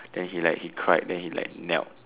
then he like he cried then he like knelt